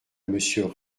monsieur